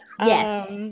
Yes